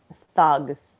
thugs